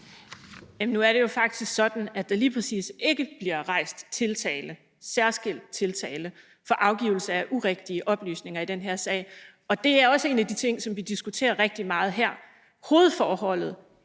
(SF): Nu er det jo faktisk sådan, at der lige præcis ikke bliver rejst særskilt tiltale for afgivelse af urigtige oplysninger i den her sag, og det er også en af de ting, som vi diskuterer rigtig meget her. Hovedforholdet